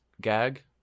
gag